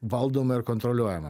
valdoma ir kontroliuojama